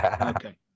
okay